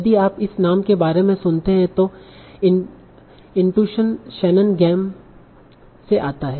यदि आप इस नाम के बारे में सुनते हैं तो इन्टूसन शैनॉन गेम से आता है